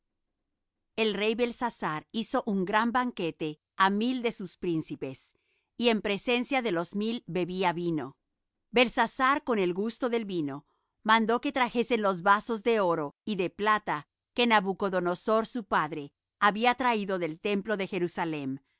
el rey belsasar hizo un gran banquete á mil de sus príncipes y en presencia de los mil bebía vino belsasar con el gusto del vino mandó que trajesen los vasos de oro y de plata que nabucodonosor su padre había traído del templo de jerusalem